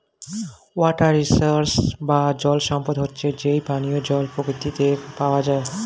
water resource বা জল সম্পদ হচ্ছে যেই পানিও জল প্রকৃতিতে পাওয়া যায়